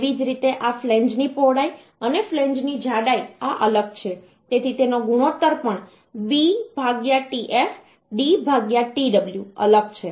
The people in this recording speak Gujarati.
તેવી જ રીતે આ ફ્લેંજ ની પહોળાઈ અને ફ્લેંજની જાડાઈ આ અલગ છે તેથી તેનો ગુણોત્તર પણ b tf d tw અલગ છે